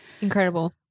Incredible